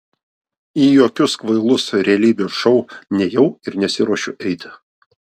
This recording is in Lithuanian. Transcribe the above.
į jokius kvailus realybės šou nėjau ir nesiruošiu eiti